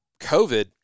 COVID